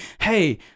hey